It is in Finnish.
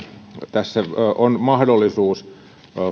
tässä on mahdollisuus